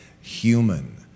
human